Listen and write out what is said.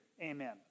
Amen